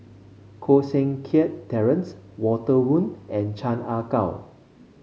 Koh Seng Kiat Terence Walter Woon and Chan Ah Kow